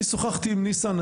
אני שוחחתי עם ניסן,